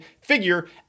figure